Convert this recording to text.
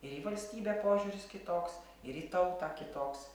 ir į valstybę požiūris kitoks ir į tautą kitoks